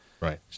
Right